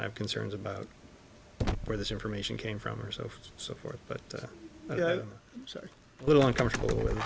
i have concerns about where this information came from or so so forth but so little uncomfortable with